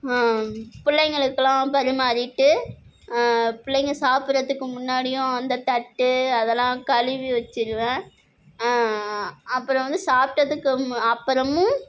பிள்ளைங்களுக்குலாம் பரிமாறிவிட்டு பிள்ளைங்க சாப்பிட்றதுக்கு முன்னாடியும் அந்த தட்டு அதெல்லாம் கழுவி வச்சிருவேன் அப்புறம் வந்து சாப்பிட்டதுக்கு அப்புறமும்